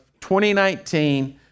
2019